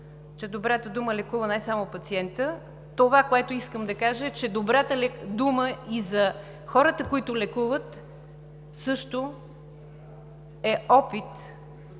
че добрата дума лекува не само пациента. Това, което искам да кажа, е, че добрата дума и за хората, които лекуват, също е опит